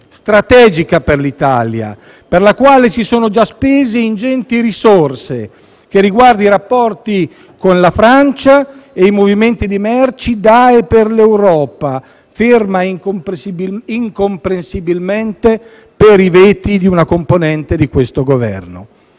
strategica per l'Italia, per la quale si sono già spesi ingenti risorse, che riguarda i rapporti con la Francia e i movimenti di merci da e per l'Europa, ferma incomprensibilmente per i veti di una componente di questo Governo.